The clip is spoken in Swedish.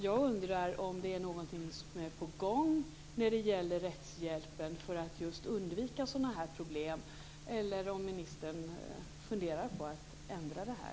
Jag undrar om det är någonting som är på gång när det gäller rättshjälpen för att just undvika sådana här problem eller om ministern funderar på att ändra det här.